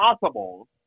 possible